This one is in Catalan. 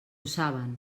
saben